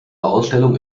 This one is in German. ausstellung